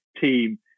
team